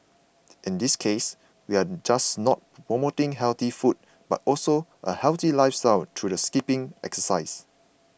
in this case we are not just promoting healthy food but also a healthy lifestyle through the skipping exercise